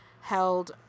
held